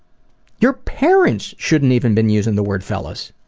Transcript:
your parents shouldn't even been using the word fellas!